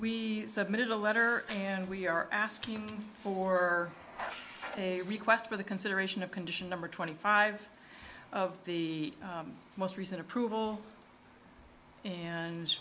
we submitted a letter and we are asking for a request for the consideration of condition number twenty five of the most recent approval and